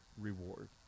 reward